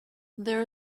there